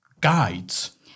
guides